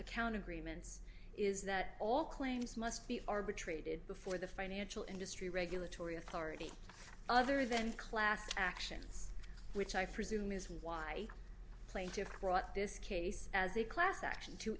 account agreements is that all claims must be arbitrated before the financial industry regulatory authority other than class actions which i presume is why plaintiffs brought this case as a class action to